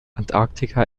antarktika